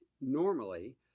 normally